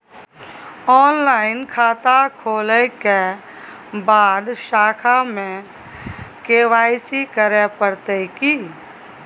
Online खाता खोलै के बाद शाखा में के.वाई.सी करे परतै की?